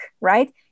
right